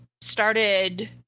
started